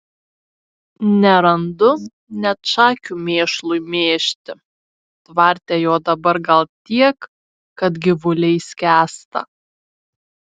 nerandu net šakių mėšlui mėžti tvarte jo dabar gal tiek kad gyvuliai skęsta